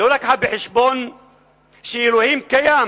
שאלוהים קיים